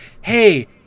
Hey